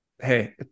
Hey